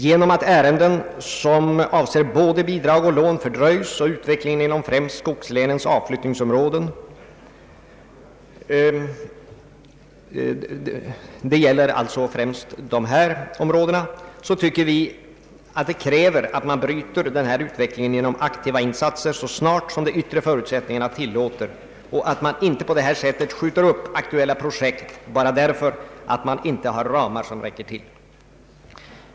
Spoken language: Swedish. Då ärenden som avser både bidrag och lån fördröjs och med hänsyn till utvecklingen inom främst skogslänens avflyttningsområden, d.v.s. de områden det här gäller, anser vi att aktiva insatser bör göras så snart som de yttre förutsättningarna tillåter det och att man inte på detta sätt bör skjuta upp aktuella projekt bara därför att ramarna inte räcker till.